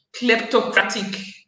kleptocratic